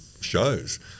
shows